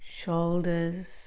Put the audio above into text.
shoulders